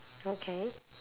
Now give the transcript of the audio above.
okay